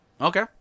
Okay